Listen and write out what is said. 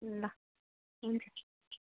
ल हुन्छ